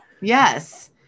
yes